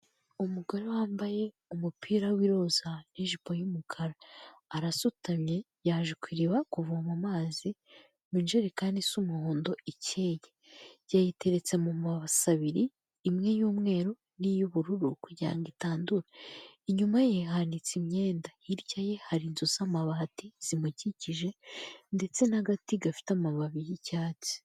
Umugore wambaye umupira w'iroza n'ijipo y'umukara. Arasutamye, yaje ku iriba kuvoma amazi mu njerekani isa umuhondo ikeye. Yayiteretse mu mabase abiri, imwe y'umweru n'iy'ubururu kugira ngo itandura. Inyuma ye hanitse imyenda. Hirya ye hari inzu z'amabati zimukikije ndetse n'agati gafite amababi y'icyatsi.